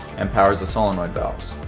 and powers the solenoid valves.